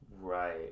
Right